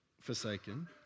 forsaken